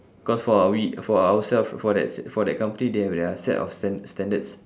cause for we for ourself for that for that company they have their set of stan~ standards